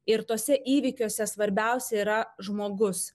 ir tuose įvykiuose svarbiausia yra žmogus